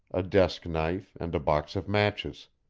a desk-knife, and a box of matches.